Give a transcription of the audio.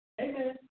Amen